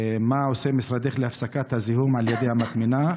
מה עושה משרדך להפסקת הזיהום על ידי המטמנה?